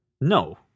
No